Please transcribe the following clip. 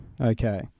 Okay